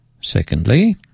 Secondly